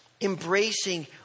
embracing